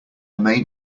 main